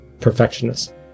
perfectionist